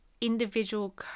individual